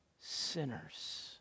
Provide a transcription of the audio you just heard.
Sinners